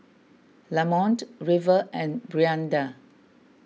Lamont River and Brianda